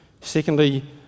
Secondly